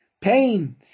pain